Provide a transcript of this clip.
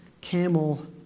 camel